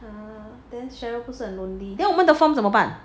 a'ah then cheryl 不是很 lonely then 我们的 form 怎么办